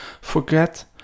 forget